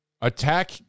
Attack